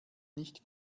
nicht